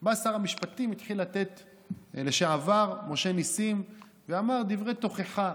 בא שר המשפטים לשעבר משה נסים ואמר דברי תוכחה.